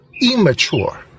immature